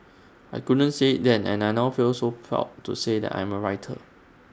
I couldn't say then and I now feel proud to say I am A writer